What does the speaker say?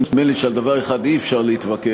נדמה לי שעל דבר אחד אי-אפשר להתווכח,